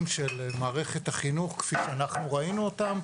של מערכת החינוך כפי שאנחנו ראינו אותם,